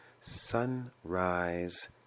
Sunrise